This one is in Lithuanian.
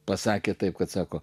pasakė taip kad sako